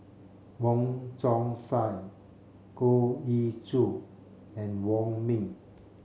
Wong Chong Sai Goh Ee Choo and Wong Ming